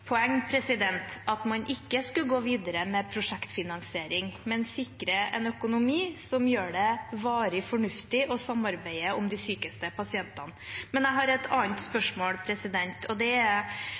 poeng at man ikke skulle gå videre med prosjektfinansiering, men sikre en økonomi som gjør det varig fornuftig å samarbeide om de sykeste pasientene. Men jeg har et annet